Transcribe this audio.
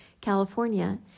California